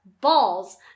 balls